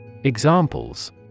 Examples